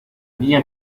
niña